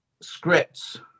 scripts